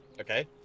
Okay